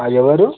ఎవరు